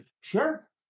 sure